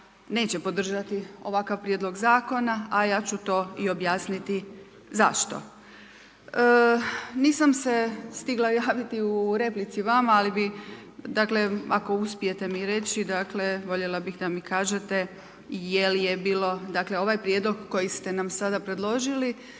neće podržati ovakav prijedlog zakona a ja ću to i objasniti zašto. Nisam se stigla javiti u replici vama ali bi, dakle ako uspijete mi reći, dakle voljela bih da mi kažete je li je bilo dakle, ovaj prijedlog koji ste nam sada predložili